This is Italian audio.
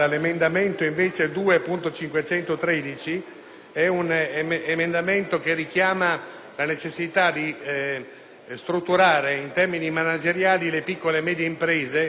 L'emendamento 2.513 richiama invece la necessità di strutturare in termini manageriali le piccole e medie imprese del Mezzogiorno del Paese.